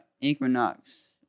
Equinox